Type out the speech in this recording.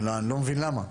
אני לא מבין למה.